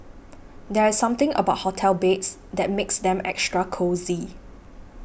there's something about hotel beds that makes them extra cosy